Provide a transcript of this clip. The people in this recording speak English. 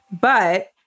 but-